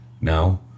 no